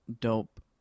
dope